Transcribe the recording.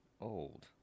old